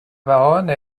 baronne